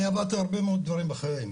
אני עברתי הרבה מאוד דברים בחיים,